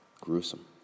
Gruesome